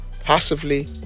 passively